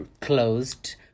closed